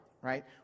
right